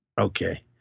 Okay